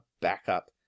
backup